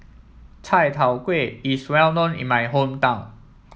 Chai Tow Kuay is well known in my hometown